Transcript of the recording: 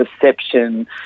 perception